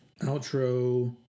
Outro